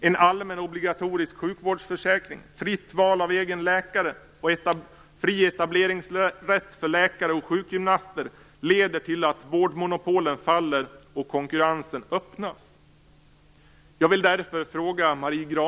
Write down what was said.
En allmän obligatorisk sjukvårdsförsäkring, fritt val av egen läkare och fri etableringsrätt för läkare och sjukgymnaster leder till att vårdmonopolen faller och konkurrensen öppnas.